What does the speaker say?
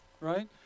right